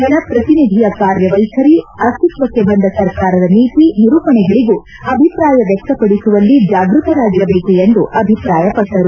ಜನಪ್ರತಿನಿಧಿಯ ಕಾರ್ಯವೈಖರಿ ಅಸ್ವಿತ್ವಕ್ಕೆ ಬಂದ ಸರ್ಕಾರದ ನೀತಿ ನಿರೂಪಣೆಗಳಿಗೂ ಅಭಿಪ್ರಾಯ ವ್ಯಕ್ತಪಡಿಸುವಲ್ಲಿ ಜಾಗೃತರಾಗಿರಬೇಕು ಎಂದು ಅಭಿಪ್ರಾಯಪಟ್ಟರು